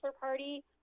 party